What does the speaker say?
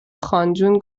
خانجون